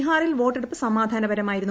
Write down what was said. ബീഹാറിൽ വോട്ടെടുപ്പ് സമാധാനപ്പ്രമായിരുന്നു